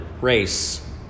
race